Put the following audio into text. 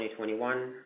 2021